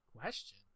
question